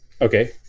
Okay